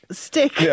stick